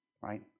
right